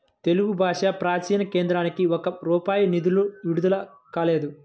తెలుగు భాషా ప్రాచీన కేంద్రానికి ఒక్క రూపాయి నిధులు విడుదల కాలేదు